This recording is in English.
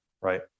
right